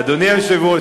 אדוני היושב-ראש,